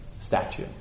statue